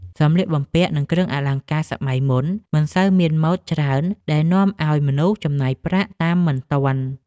សម្លៀកបំពាក់និងគ្រឿងអលង្ការសម័យមុនមិនសូវមានម៉ូដច្រើនដែលនាំឱ្យមនុស្សចំណាយប្រាក់តាមមិនទាន់។